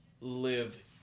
live